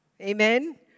Amen